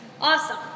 Awesome